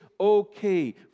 okay